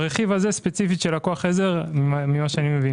ברכיב הספציפי הזה של כוח העזר, ממה שאני מבין